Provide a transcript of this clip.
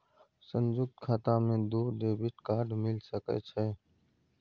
संयुक्त खाता मे दू डेबिट कार्ड मिल सके छै?